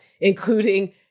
including